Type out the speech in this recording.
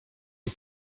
det